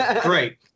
Great